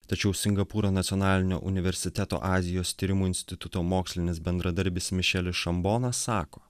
tačiau singapūro nacionalinio universiteto azijos tyrimų instituto mokslinis bendradarbis mišelis šambonas sako